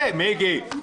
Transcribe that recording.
היי, מיקי?